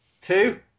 Two